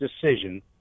decision